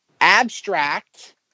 abstract